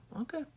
okay